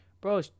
Bro